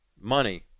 money